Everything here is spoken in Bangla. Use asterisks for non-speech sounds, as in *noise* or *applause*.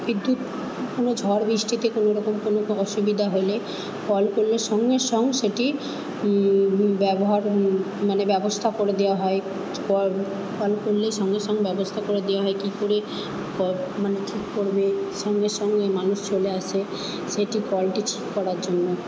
বিদ্যুৎ কোনো ঝড় বৃষ্টিতে কোনো রকম কোনো অসুবিধা হলে কল করলে সঙ্গে সঙ সেটি ব্যবহার মানে ব্যবস্থা করে দেওয়া হয় কল কল করলেই সঙ্গে সঙ ব্যবস্থা করে দেওয়া হয় কী করে *unintelligible* মানে ঠিক করবে সঙ্গে সঙ্গেই মানুষ চলে আসে সেটি কলটি ঠিক করার জন্য